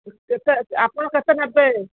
କେତେ ଆପଣ କେତେ ନେବେ